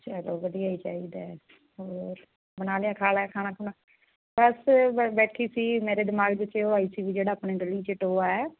ਚਲੋ ਵਧੀਆ ਹੀ ਚਾਹੀਦਾ ਹੋਰ ਬਣਾ ਲਿਆ ਖਾ ਲਿਆ ਖਾਣਾ ਖੁਣਾ ਬਸ ਬੈਠੀ ਸੀ ਮੇਰੇ ਦਿਮਾਗ ਵਿੱਚ ਇਹੋ ਆਈ ਸੀ ਵੀ ਜਿਹੜਾ ਆਪਣੇ ਗਲੀ 'ਚ ਟੋਆ ਹੈ